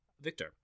victor